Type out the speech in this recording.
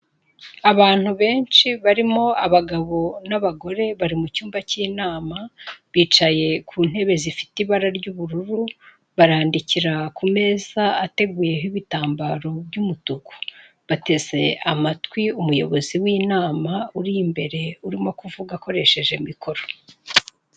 Abantu benshi barimo abagabo n'abagore bari mu cyumba cy'inama, bicaye ku ntebe zifite ibara ry'ubururu barandikira ku meza ateguyeho ibitambaro by'umutuku, bateze amatwi umuyobozi w'inama uri imbere urimo kuvuga akoresheje mikoro.